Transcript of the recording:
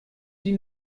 die